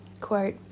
quote